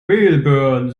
melbourne